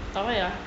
tak payah